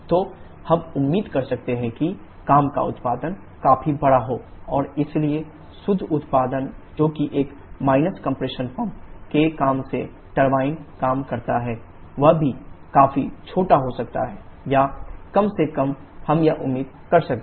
तो हम उम्मीद कर सकते हैं कि काम का उत्पादन काफी बड़ा हो और इसलिए शुद्ध उत्पादन जो कि 1 माइनस कम्प्रेशन पंप के काम से टरबाइन काम करता है वह भी काफी छोटा हो सकता है या कम से कम हम यह उम्मीद कर सकते हैं